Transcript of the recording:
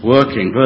Working